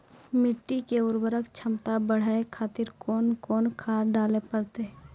मिट्टी के उर्वरक छमता बढबय खातिर कोंन कोंन खाद डाले परतै?